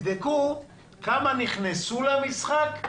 כזאת שהם ימשיכו לקבל הבטחת הכנסה עד קו העוני.